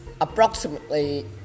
approximately